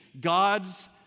God's